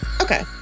Okay